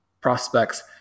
prospects